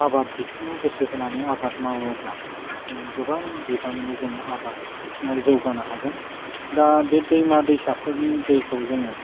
आबाद बिथिंआव गोसो होनानै आबाद मावोब्ला जोङो गोबां बिबांनि जोङो आबाद बिथिंआव जौगानो हागोन दा बे दैमा दैसाफोरनि दैखौ जोङो